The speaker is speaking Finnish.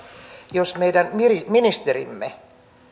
jos meidän ministerimme